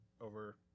over